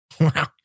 wow